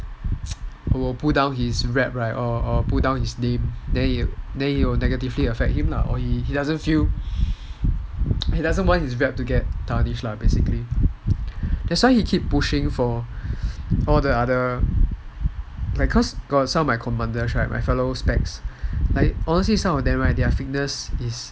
will pull down his rep or will pull down his rate then he will like negatively affect him lah or he doesn't feel he doesn't want his rep to get tarnished lah basically that's why he keep pushing for all the other cause got some of my commanders right fellow specs honestly some of them right their fitness is